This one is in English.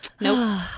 Nope